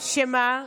שמה?